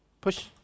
Push